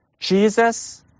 Jesus